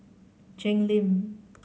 Cheng Lim